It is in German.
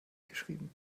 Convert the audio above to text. geschrieben